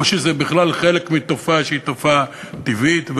שזה בכלל חלק מתופעה שהיא תופעה טבעית.